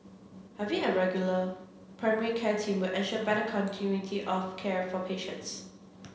having a regular primary care team will ensure better continuity of care for patients